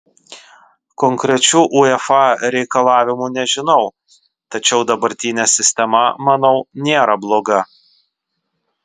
konkrečių uefa reikalavimų nežinau tačiau dabartinė sistema manau nėra bloga